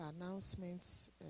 Announcements